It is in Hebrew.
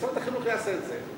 שמשרד החינוך יעשה את זה,